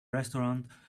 restaurant